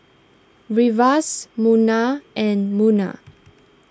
Firash Munah and Munah